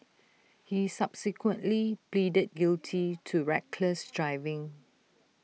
he subsequently pleaded guilty to reckless driving